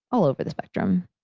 all over the spectrum.